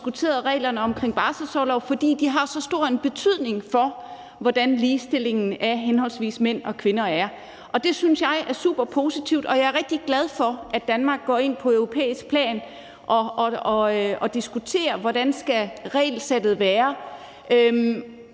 også diskuteret reglerne om barselsorlov, fordi de har så stor en betydning for, hvordan ligestillingen af henholdsvis mænd og kvinder er. Det synes jeg er superpositivt, og jeg er rigtig glad for, at Danmark på europæisk plan går ind og diskuterer, hvordan regelsættet skal